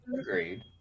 Agreed